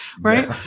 right